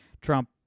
Trump